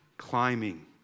climbing